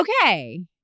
Okay